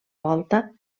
volta